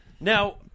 Now